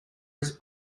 his